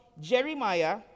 Jeremiah